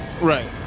Right